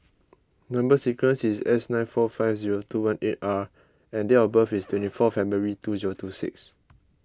Number Sequence is S nine four five zero two one eight R and date of birth is twenty four February two zero two six